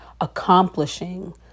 accomplishing